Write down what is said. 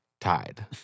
tied